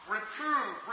Reprove